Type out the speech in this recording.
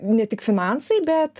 ne tik finansai bet